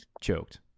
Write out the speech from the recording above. choked